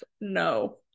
No